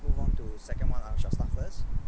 move on to second one I shall start first